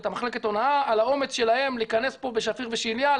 את מחלקת הונאה על האומץ שלהם להיכנס פה בשפיר ושליה,